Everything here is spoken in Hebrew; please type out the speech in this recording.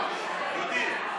לא, דודי,